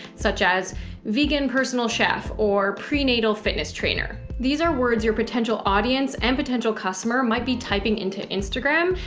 such as vegan, personal chef, or prenatal fitness trainer. these are words your potential audience and potential customer might be typing into instagram.